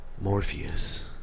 Morpheus